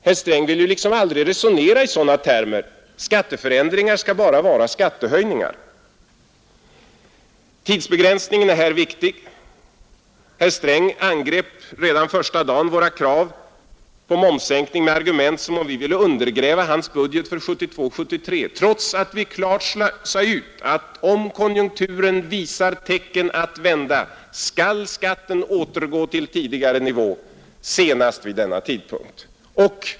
Herr Sträng vill ju liksom aldrig resonera i sådana termer; skatteförändringar skall bara vara skattehöjningar. Tidsbegränsningen är viktig. Herr Sträng angrep redan första dagen våra krav på momssänkning med argument som att vi ville undergräva hans budget för 1972/73, trots att vi klart sade ut att om konjunkturen visar tecken att vända skall skatten återgå till tidigare nivå senast vid denna tidpunkt.